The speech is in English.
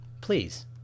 please